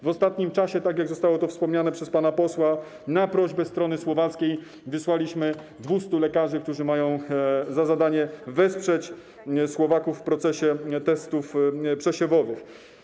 W ostatnim czasie, tak jak zostało to wspomniane przez pana posła, na prośbę strony słowackiej wysłaliśmy 200 lekarzy, którzy mają za zadanie wesprzeć Słowaków w zakresie testów przesiewowych.